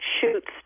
Shoots